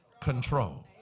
control